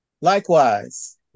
Likewise